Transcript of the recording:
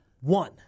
one